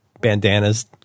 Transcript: bandanas